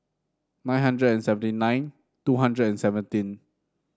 nine hundred and seventy nine two hundred and seventeen